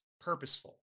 purposeful